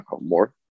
more